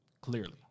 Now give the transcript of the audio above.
Clearly